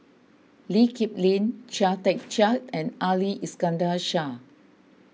Lee Kip Lin Chia Tee Chiak and Ali Iskandar Shah